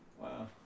Wow